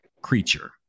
creature